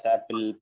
Apple